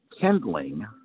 kindling